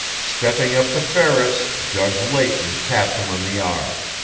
stepping up to ferris, judge leighton tapped him on the arm.